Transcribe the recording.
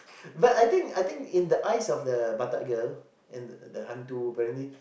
but I think I think in the eyes of the batak girl and the hantu apparently